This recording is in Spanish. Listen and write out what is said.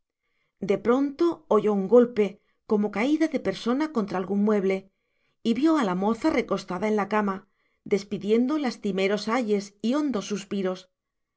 de pronto oyó un golpe como caída de persona contra algún mueble y vio a la moza recostada en la cama despidiendo lastimeros ayes y hondos suspiros